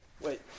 Wait